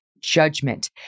judgment